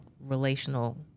relational